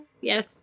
Yes